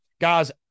guys